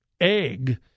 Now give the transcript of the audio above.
egg